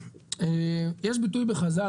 יש ביטוי בחז"ל,